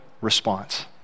response